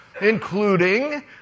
including